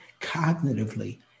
cognitively